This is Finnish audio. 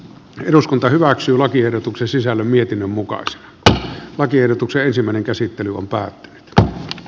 eduskunta hyväksyy lakiehdotuksen sisällön mietinnön mukaan lakiehdotuksen tarvetta niille on paha to a